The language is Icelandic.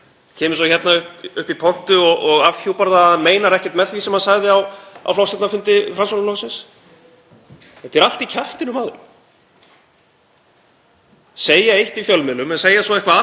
segja eitt í fjölmiðlum en segja svo eitthvað allt annað hérna í þingsal. Framsóknarflokkurinn er einn flokkur í fréttatímum en einhver allt annar flokkur við ríkisstjórnarborðið og hér á Alþingi.